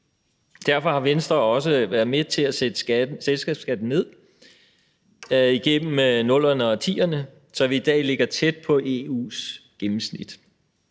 Derfor har Venstre også været med til at sætte selskabsskatten ned igennem 00'erne og 2010'erne, så vi i dag ligger tæt på EU's gennemsnit.